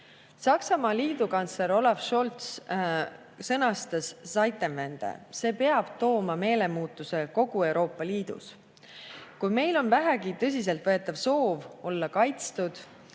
Saksamaa liidukantsler Olaf Scholzi sõnastatudZeitenwendepeab kaasa tooma meelemuutuse kogu Euroopa Liidus. Kui meil on vähegi tõsiseltvõetav soov olla kaitstud,